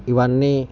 ఇవన్నీ